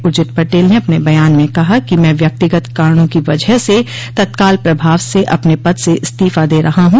उर्जित पटेल ने अपने बयान में कहा कि मैं व्यक्तिगत कारणों की वजह से तत्काल प्रभाव से अपने पद से इस्तीफा दे रहा हूँ